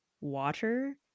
water